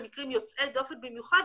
במקרים יוצאי דופן במיוחד,